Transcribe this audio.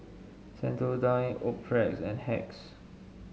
Sensodyne Optrex and Hacks